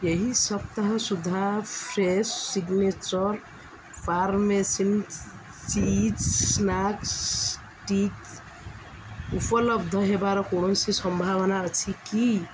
ଏହି ସପ୍ତାହ ସୁଦ୍ଧା Fresho signature parmesan cheese snack sticks ଉପଲବ୍ଧ ହେବାର କୌଣସି ସମ୍ଭାବନା ଅଛି କି